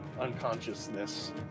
unconsciousness